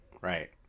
right